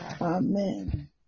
Amen